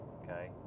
okay